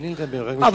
תן לי לדבר, רק רגע.